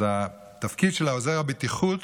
אז התפקיד של עוזר הבטיחות